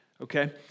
Okay